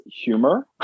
humor